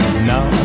now